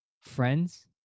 Friends